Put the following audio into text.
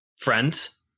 friends